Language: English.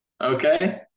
Okay